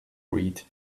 breed